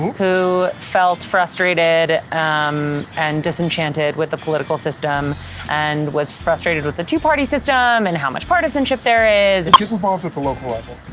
who felt frustrated um and disenchanted with the political system and was frustrated with the two-party system, and how much partisanship there is. get involved at the local level.